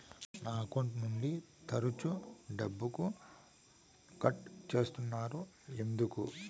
నా అకౌంట్ నుండి తరచు డబ్బుకు కట్ సేస్తున్నారు ఎందుకు